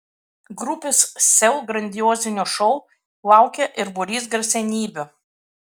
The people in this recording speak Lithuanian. grupės sel grandiozinio šou laukia ir būrys garsenybių